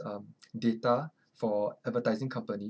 um data for advertising company